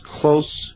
close